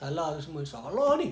salah tu semua salah ni